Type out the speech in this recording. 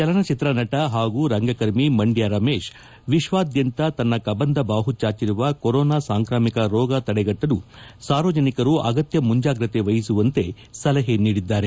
ಚಲನಚಿತ್ರ ನಟ ಹಾಗೂ ರಂಗಕರ್ಮಿ ಮಂದ್ಯ ರಮೇಶ್ ವಿಶ್ವದಾದ್ಯಂತ ತನ್ನ ಕಬಂಧಬಾಹು ಚಾಚಿರುವ ಕೊರೋನಾ ಸಾಂಕ್ರಾಮಿಕ ರೋಗ ತಡೆಗಟ್ಟಲು ಸಾರ್ವಜನಿಕರು ಅಗತ್ಯ ಮುಂಜಾಗ್ರತೆ ವಹಿಸುವಂತೆ ಸಲಹೆ ನೀಡಿದ್ದಾರೆ